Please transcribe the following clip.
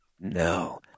No